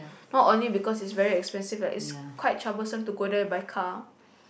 not only because it's very expensive like it's quite troublesome to go there by car